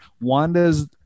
Wanda's